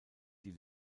die